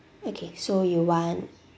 okay so you want